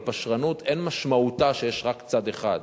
אבל פשרנות אין משמעותה שיש רק צד אחד,